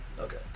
Okay